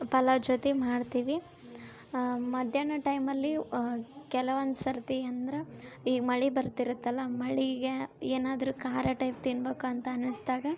ಪಲಾವು ಜೊತೆ ಮಾಡ್ತೀವಿ ಮಧ್ಯಾಹ್ನ ಟೈಮಲ್ಲಿ ಕೆಲವೊಂದು ಸರ್ತಿ ಅಂದ್ರ ಈ ಮಳಿ ಬರ್ತಿರ್ತಲ್ಲಾ ಮಳೆಗೆ ಏನಾದರೂ ಖಾರ ಟೈಪ್ ತಿನ್ಬೇಕು ಅಂತ ಅನಸ್ದಾಗ